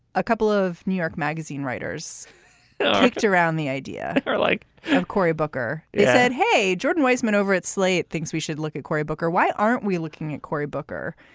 a couple of new york magazine writers kicked around the idea, like cory booker said, hey, jordan weissmann over at slate thinks we should look at cory booker. why aren't we looking at cory booker?